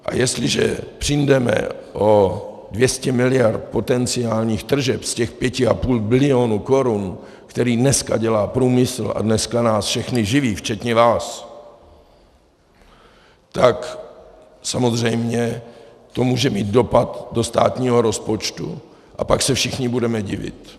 A jestliže přijdeme o 200 miliard potenciálních tržeb z těch 5,5 bilionu korun, které dneska dělá průmysl, a dneska nás všechny živí včetně vás, tak samozřejmě to může mít dopad do státního rozpočtu a pak se všichni budeme divit.